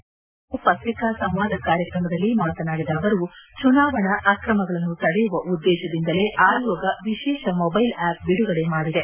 ಬೆಂಗಳೂರಿನಲ್ಲಿಂದು ಪತ್ರಿಕಾ ಸಂವಾದ ಕಾರ್ಯಕ್ರಮದಲ್ಲಿ ಮಾತನಾಡಿದ ಅವರು ಜುನಾವಣಾ ಆಕ್ರಮಗಳನ್ನು ತಡೆಯುವ ಉದ್ದೇಶದಿಂದಲೇ ಆಯೋಗ ವಿಶೇಷ ಮೊಬೈಲ್ ಆ್ತಪ್ ಬಿಡುಗಡೆ ಮಾಡಿದೆ